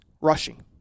rushing